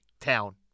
town